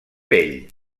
pell